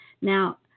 Now